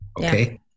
Okay